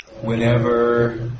whenever